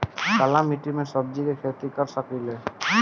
काली मिट्टी में सब्जी के खेती कर सकिले?